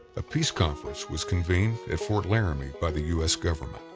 a peace conference was convened at fort laramie by the u s. government.